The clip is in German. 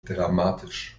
dramatisch